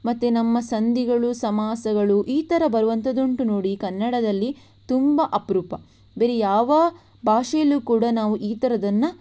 ಮತ್ತು ನಮ್ಮ ಸಂಧಿಗಳು ಸಮಾಸಗಳು ಈ ಥರ ಬರುವಂಥದ್ದುಂಟು ನೋಡಿ ಕನ್ನಡದಲ್ಲಿ ತುಂಬ ಅಪರೂಪ ಬೇರೆ ಯಾವ ಭಾಷೆಯಲ್ಲೂ ಕೂಡ ನಾವು ಈ ಥರದನ್ನು